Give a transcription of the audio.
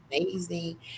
Amazing